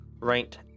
right